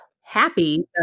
happy